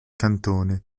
cantone